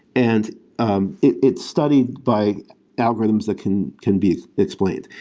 and um it's studied by algorithms that can can be explained.